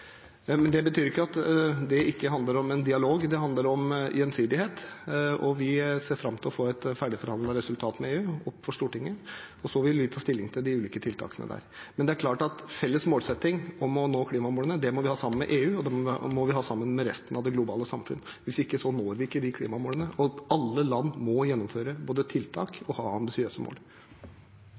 Men det betyr ikke at det ikke handler om en dialog. Det handler om gjensidighet, og vi ser fram til å få et ferdigforhandlet resultat med EU opp for Stortinget, og så vil vi ta stilling til de ulike tiltakene der. En felles målsetting om å nå klimamålene må vi ha sammen med EU, og det må vi ha sammen med resten av det globale samfunnet, hvis ikke når vi ikke klimamålene. Alle land må både gjennomføre tiltak og ha ambisiøse mål.